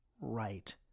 right